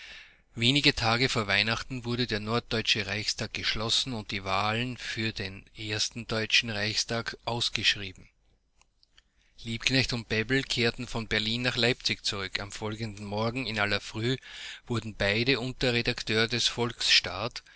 wenige tage vor weihnachten wurde der norddeutsche reichstag geschlossen und die wahlen für den ersten deutschen reichstag ausgeschrieben liebknecht und bebel kehrten von berlin nach leipzig zurück rück am folgenden morgen in aller frühe wurden beide und der redakteur des volksstaat